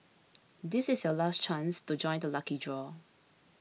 this is your last chance to join the lucky draw